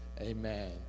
Amen